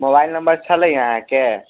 mobile number छलए अहाँके